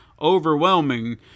overwhelming